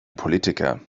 politiker